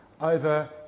over